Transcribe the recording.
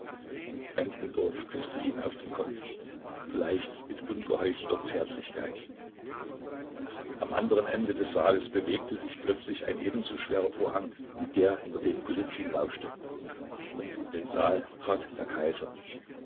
benkendorf küßte ihn auf den kopf vielleicht mit ungeheuchelter zärtlichkeit am anderen ende des saales bewegte sich plötzlich ein ebenso schwerer vorhang wie der hinter dem golizyn lauschte und in den saal trat der kaiser